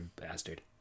bastard